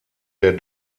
der